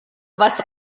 was